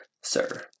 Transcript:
Sir